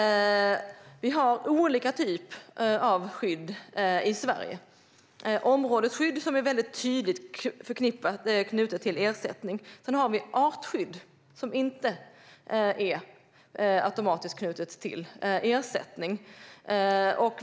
Vi har olika typer av skydd i Sverige. Det är områdesskydd som är väldigt tydligt knutet till ersättning, och sedan har vi artskydd som inte är automatiskt knutet till ersättning.